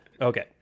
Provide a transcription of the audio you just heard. okay